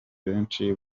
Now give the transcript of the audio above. benshi